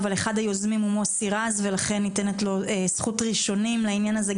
אבל אחד היוזמים הוא מוסי רז ולכן ניתנת לו זכות ראשונים לעניין הזה,